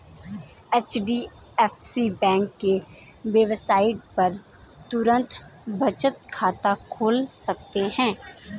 HDFC bank के website पर तुरंत बचत खाता खोल सकते है